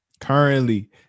currently